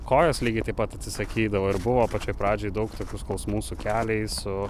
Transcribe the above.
kojos lygiai taip pat atsisakydavo ir buvo pačioj pradžioj daug tokių skausmų su keliais su